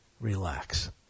relax